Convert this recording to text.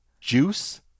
Juice